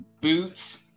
boots